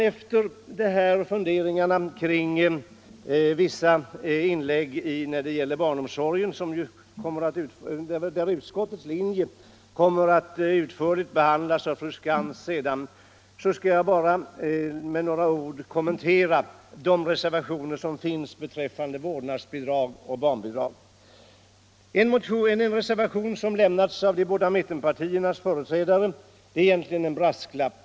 Efter dessa funderingar kring vissa inlägg beträffande barnomsorgen, där utskottets linje, som sagt, kommer att utförligt behandlas av fru Skantz, skall jag med några ord kommentera de reservationer som finns beträffande vårdnadsbidrag och barnbidrag. En reservation från de båda mittenpartiernas företrädare innehåller egentligen en brasklapp.